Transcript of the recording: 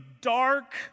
dark